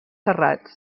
serrats